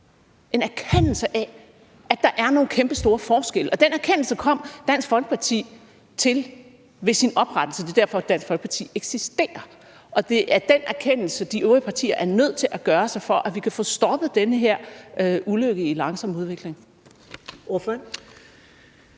en erkendelse – af, at der er nogle kæmpestore forskelle, og den erkendelse kom Dansk Folkeparti til ved sin oprettelse. Det er derfor, Dansk Folkeparti eksisterer, og det er den erkendelse, de øvrige partier er nødt til at gøre sig, for at vi kan få stoppet den her ulykke i langsom udvikling.